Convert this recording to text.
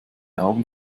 augen